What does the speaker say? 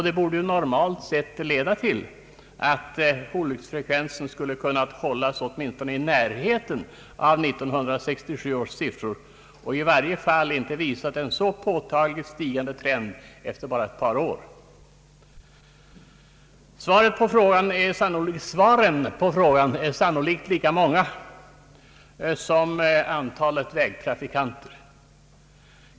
Det borde normalt sett leda till att olycksfrekvensen skulle kunna hållas åtminstone i närheten av 1967 års siffror och i varje fall inte visa en så påtagligt stigande trend efter bara ett par år. ; Svaren på frågan är sannolikt lika många som antalet vägtrafikanter.